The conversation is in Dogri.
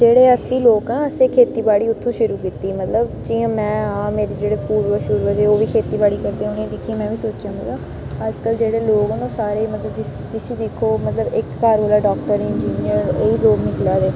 जेह्ड़ा असी लोक आं असें खेत्ती बाड़ी उत्थुआं शुरू कीती मतलब जियां मैं आं मेरे जेह्ड़े पूर्वज शुर्वज हे ओह् बी खेतीबाड़ी करदे उ'नेंगी दिक्खियै मैं बी सोचेआ मतलब अज्जकल जेह्ड़े लोक न ओह् सारे ई मतलब जिसी दिक्खो मतलब इक घर डाक्टर इंजीनियर एह् लोक निकला दे